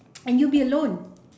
and you will be alone